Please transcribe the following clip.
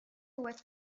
worth